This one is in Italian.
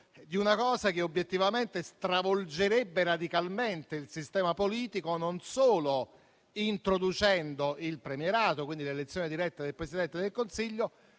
a una misura che obiettivamente stravolgerebbe radicalmente il sistema politico, non solo introducendo il premierato, quindi l'elezione diretta del Presidente del Consiglio,